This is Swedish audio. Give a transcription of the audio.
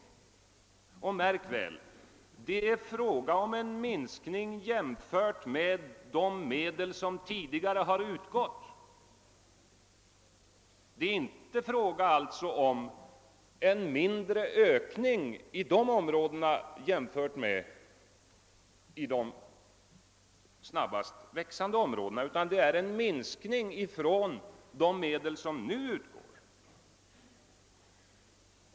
Märk väl att det är fråga om en minskning jämfört med de medel som tidigare utgått och alltså inte om en mindre ökning i dessa områden än i de snabbast växande områdena.